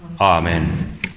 Amen